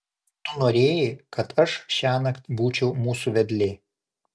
tu norėjai kad aš šiąnakt būčiau mūsų vedlė